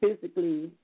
physically